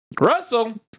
Russell